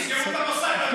שיסגרו את המוסד הזה.